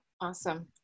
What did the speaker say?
Awesome